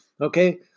Okay